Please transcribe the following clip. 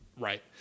Right